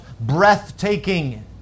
breathtaking